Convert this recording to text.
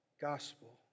gospel